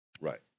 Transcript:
Right